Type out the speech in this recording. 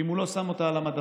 שאם הוא לא שם אותה על המדפים,